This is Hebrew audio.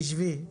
תשבי.